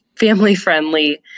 family-friendly